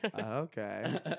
Okay